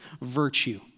virtue